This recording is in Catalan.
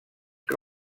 que